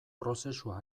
prozesua